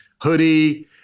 hoodie